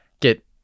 get